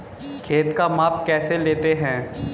खेत का माप कैसे लेते हैं?